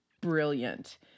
brilliant